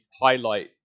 highlight